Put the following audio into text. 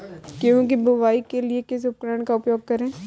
गेहूँ की बुवाई के लिए किस उपकरण का उपयोग करें?